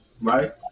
right